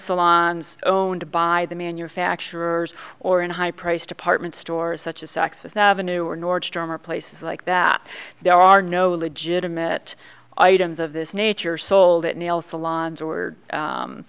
salons oh and by the manufacturers or in high priced department stores such as saks fifth avenue or nordstrom or places like that there are no legitimate items of this nature sold at nail salons or